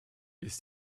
ist